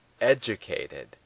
educated